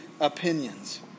opinions